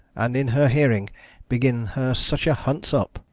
and in her hearing begin her such a huntes-up.